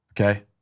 Okay